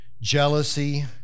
Jealousy